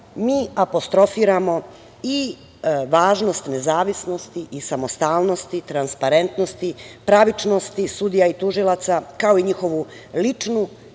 mi apostrofiramo i važnost nezavisnosti i samostalnosti, transparentnosti, pravičnosti sudija i tužilaca, kao i njihovu ličnu i